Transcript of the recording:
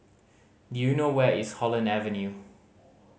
do you know where is Holland Avenue